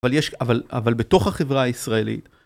אבל יש, אבל בתוך החברה הישראלית...